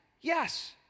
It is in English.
yes